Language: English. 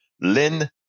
Lynn